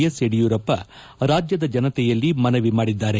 S Yediyurappa ರಾಜ್ಯದ ಜನತೆಯಲ್ಲಿ ಮನವಿ ಮಾಡಿದ್ದಾರೆ